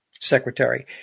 secretary